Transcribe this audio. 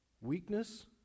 Weakness